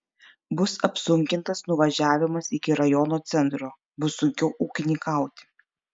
bus apsunkintas nuvažiavimas iki rajono centro bus sunkiau ūkininkauti